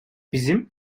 bizim